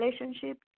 relationship